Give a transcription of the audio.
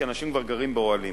כי אנשים כבר גרים באוהלים.